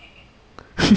ya lah correct base lah